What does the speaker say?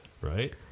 Right